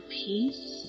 peace